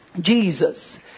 Jesus